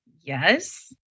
Yes